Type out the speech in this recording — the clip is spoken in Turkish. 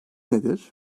nedir